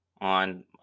on